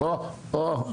אני מורה,